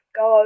go